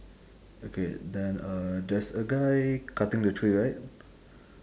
okay then uh there's a guy cutting the tree right